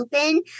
open